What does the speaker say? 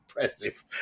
impressive